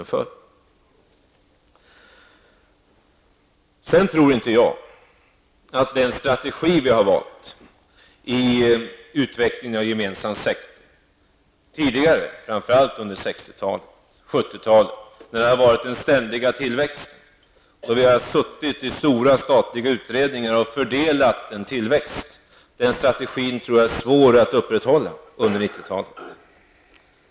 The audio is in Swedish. För detta ändamål måste vi tillhandahålla redskapen och instrumenten. Under 60 och 70-talen när det rådde ständig ekonomisk tillväxt, satt vi i stora statliga utredningar och fördelade tillväxten. Denna tidigare strategi tror jag är svår att upprätthålla under 90-talet.